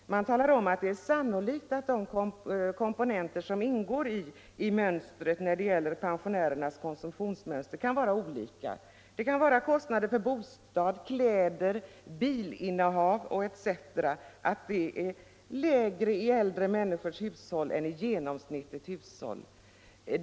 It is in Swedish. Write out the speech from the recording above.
Där talar man om att det är sannolikt att de komponenter som ingår i pensionärernas konsumtionsmönster kan vara olika, beroende på att kostnader för bostad, kläder, bilinnehav etc. kan vara lägre i äldre människors hushåll än i genomsnittet av hushåll.